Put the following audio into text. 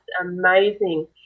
amazing